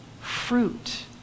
fruit